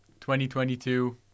2022